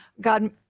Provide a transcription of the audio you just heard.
God